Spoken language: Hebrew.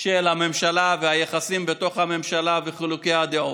של הממשלה והיחסים בתוך הממשלה וחילוקי הדעות.